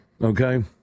okay